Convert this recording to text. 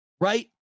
right